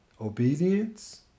obedience